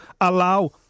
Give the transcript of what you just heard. allow